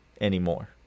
anymore